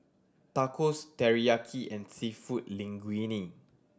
Tacos Teriyaki and Seafood Linguine